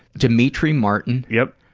demitri martin, yeah